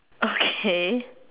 okay